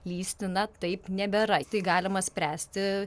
lįsti na taip nebėra tai galima spręsti